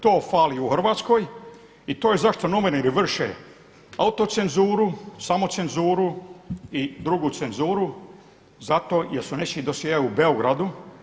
To fali u Hrvatskoj i to je zašto novine ili vrše autocenzuru, samo cenzuru i drugu cenzuru zato jer su nečiji dosjei u Beogradu.